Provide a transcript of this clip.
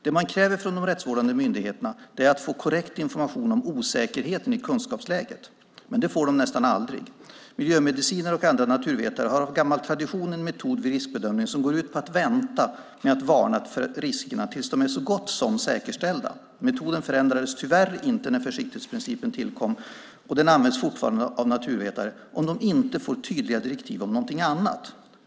Det de rättsvårdande myndigheterna kräver är att få korrekt information om osäkerheten i kunskapsläget. Det får de dock nästan aldrig. Miljömedicinare och andra naturvetare har av gammal tradition en metod vid riskbedömning som går ut på att vänta med att varna för riskerna tills de är så gott som säkerställda. Metoden förändrades tyvärr inte när försiktighetsprincipen tillkom. Den används fortfarande av naturvetare om de inte får tydliga direktiv om något annat.